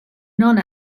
non